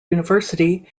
university